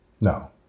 No